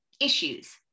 issues